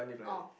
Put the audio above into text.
orh